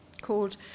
called